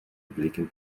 blikken